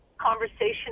conversation